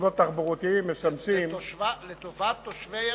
פתרונות תחבורתיים משמשים, לטובת תושבי ארץ-ישראל.